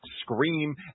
Scream